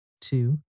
two